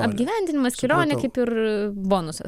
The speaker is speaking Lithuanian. apgyvendinimas kelionė kaip ir bonusas